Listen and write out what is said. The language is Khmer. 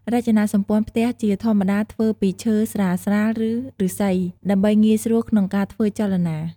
រចនាសម្ព័ន្ធផ្ទះជាធម្មតាធ្វើពីឈើស្រាលៗ ឬឫស្សី ដើម្បីងាយស្រួលក្នុងការធ្វើចលនា។